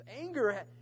Anger